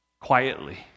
quietly